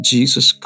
Jesus